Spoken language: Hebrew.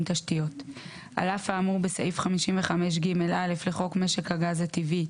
תשתיות 88. על אף האמור בסעיף 55ג(א) לחוק משק הגז הטבעי,